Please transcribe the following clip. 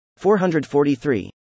443